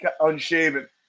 unshaven